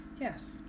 yes